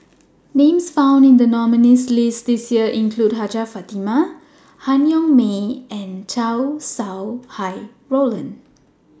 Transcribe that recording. Names found in The nominees' list This Year include Hajjah Fatimah Han Yong May and Chow Sau Hai Roland